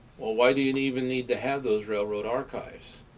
why do you and even need to have those railroad archives?